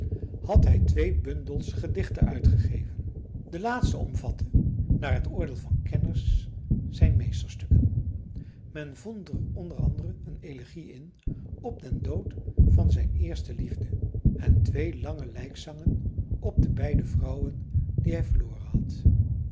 had hij twee bundels gedichten uitgegeven de laatste omvatte naar het oordeel van kenners zijn meesterstukken men vond er o a een elegie in op den dood van zijn eerste liefde en twee lange lijkzangen op de beide vrouwen die hij verloren had